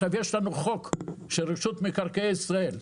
יש לנו חוק של רשות מקרקעי ישראל,